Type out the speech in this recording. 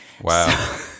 Wow